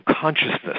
consciousness